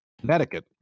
Connecticut